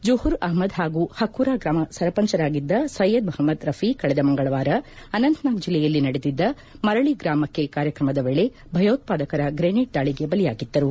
ಜುಹೂರ್ ಅಹಮ್ನದ್ ಹಾಗೂ ಹಕುರಾ ಗ್ರಾಮ ಸರಪಂಚರಾಗಿದ್ದ ಸಯ್ನದ್ ಮಹಮ್ನದ್ ರಫಿ ಕಳೆದ ಮಂಗಳವಾರ ಅನಂತನಾಗ್ ಜಿಲ್ಲೆಯಲ್ಲಿ ನಡೆದಿದ್ದ ಮರಳಿ ಗ್ರಾಮಕ್ಕೆ ಕಾರ್ಯಕ್ರಮದ ವೇಳೆ ಭಯೋತ್ವಾದಕರ ಗ್ರೇನೇಡ್ ದಾಳಿಗೆ ಬಲಿಯಾಗಿದ್ದರು